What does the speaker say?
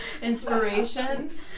inspiration